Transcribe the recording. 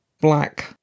black